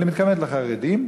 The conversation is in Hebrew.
אבל היא מתכוונת לחרדים,